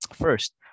first